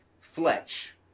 Fletch